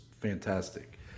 fantastic